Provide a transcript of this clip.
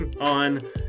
on